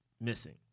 missing